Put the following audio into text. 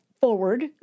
forward